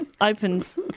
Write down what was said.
Opens